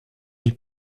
lui